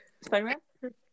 Spider-Man